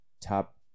top